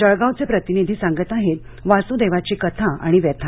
जळगावचे प्रतिनिधी सांगत आहेत वासुदेवाची कथा आणि व्यथा